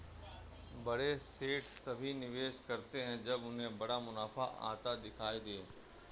बड़े सेठ तभी निवेश करते हैं जब उन्हें बड़ा मुनाफा आता दिखाई दे